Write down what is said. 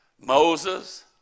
Moses